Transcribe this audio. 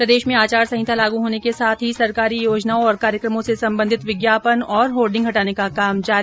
प्रदेश में आचार संहिता लागू होने के साथ ही सरकारी योजनाओं और कार्यक्रमों से सम्बन्धित विज्ञापन और होर्डिंग हटाने का काम जारी